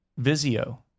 Vizio